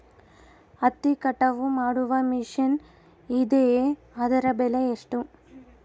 ಹತ್ತಿ ಕಟಾವು ಮಾಡುವ ಮಿಷನ್ ಇದೆಯೇ ಅದರ ಬೆಲೆ ಎಷ್ಟು?